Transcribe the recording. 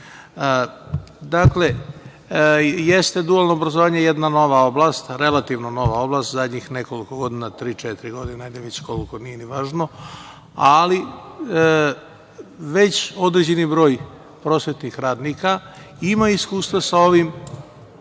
amandman. Jeste dualno obrazovanje jedna nova oblast, relativno nova oblast, zadnjih nekoliko godina, tri, četiri godine, nije ni važno koliko, ali već određeni broj prosvetnih radnika ima iskustva sa ovim.